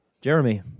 Jeremy